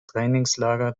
trainingslager